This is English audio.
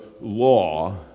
law